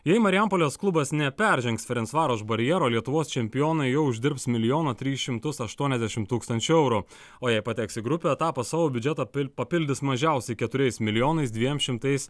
jei marijampolės klubas neperžengs ferensvaroš barjero lietuvos čempionai jau uždirbs milijoną tris šimtus aštuoniasdešim tūkstančių eurų o jei pateks į grupių etapą savo biudžetą pil papildys mažiausiai keturiais milijonais dviem šimtais